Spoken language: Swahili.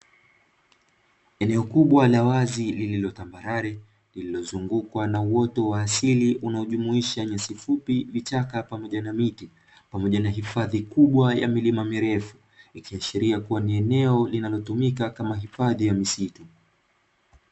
Eneo kubwa la wazi lililo tambarare lililozungukwa na uoto wa asili unaojumuisha nyasi fupi, vichaka, pamoja na miti. Pamoja na hifadhi kubwa ya milima mirefu, ikiashiria kuwa ni eneo linalotumika kama hifadhi ya misitu.